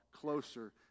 closer